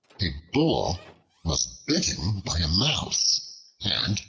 a bull was bitten by a mouse and,